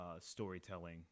storytelling